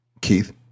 Keith